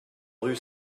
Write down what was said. rue